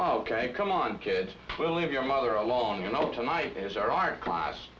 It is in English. ok come on kid we'll leave your mother along you know tonight is our art class